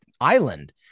Island